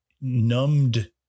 numbed